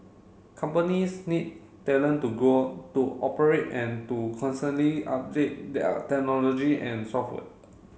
companies need talent to go to operate and to constantly update their technology and software